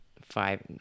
five